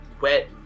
wet